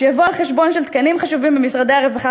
שיבוא על חשבון תקנים חשובים במשרדי הרווחה